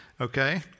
okay